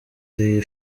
iyi